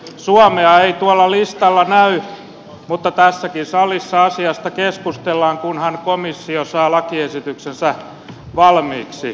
suomea ei tuolla listalla näy mutta tässäkin salissa asiasta keskustellaan kunhan komissio saa lakiesityksensä valmiiksi